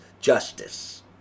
justice